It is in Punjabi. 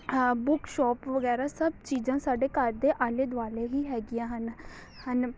ਹਾਂ ਬੁੱਕ ਸ਼ੋਪ ਵਗੈਰਾ ਸਭ ਚੀਜ਼ਾਂ ਸਾਡੇ ਘਰ ਦੇ ਆਲੇ ਦੁਆਲੇ ਹੀ ਹੈਗੀਆਂ ਹਨ ਹਨ